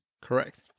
Correct